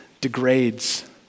degrades